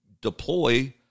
deploy